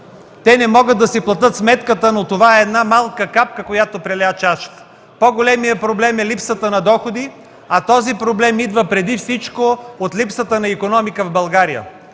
те не могат да си платят сметката, но това е малка капка, която преля чашата. По-големият проблем е липсата на доходи, а този проблем идва преди всичко от липсата на икономика в България.